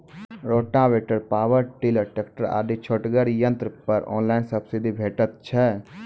Rotavator, power tiller, tractor आदि छोटगर यंत्र पर ऑनलाइन सब्सिडी भेटैत छै?